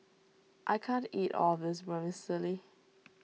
I can't eat all of this Vermicelli